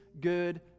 good